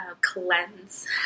cleanse